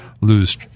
lose